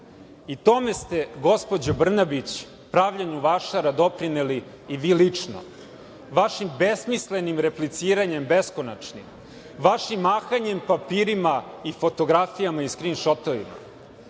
ste, gospođo Brnabić, pravljenju vašara, doprineli i vi lično vašim besmislenih repliciranjem, beskonačnim, vašim mahanjem papirima i fotografijama i skrinšotovima.